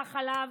הלך עליו.